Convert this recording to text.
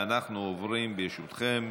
ואנחנו עוברים, ברשותכם,